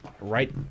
right